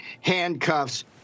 handcuffs